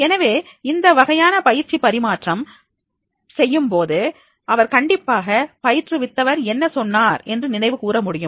எனவே இந்த வகையான பயிற்சி பரிமாற்றம் பயிற்சி பரிமாற்றம் செய்யும்போது அவர் கண்டிப்பாக பயிற்றுவித்தவர் என்ன சொன்னார் என்று நினைவு கூற முடியும்